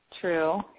True